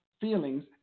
feelings